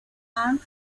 arms